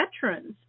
veterans